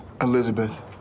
Elizabeth